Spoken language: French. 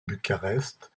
bucarest